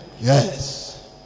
yes